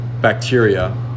bacteria